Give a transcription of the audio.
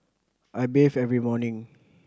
I bathe every morning